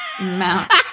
Mount